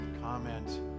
comment